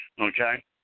okay